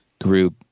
group